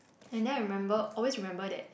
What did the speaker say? and then I remember also remember that